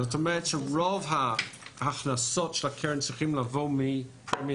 זאת אומרת שרוב ההכנסות של הקרן צריכות לבוא מהסיכון.